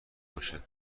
باشه